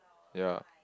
ya